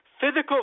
Physical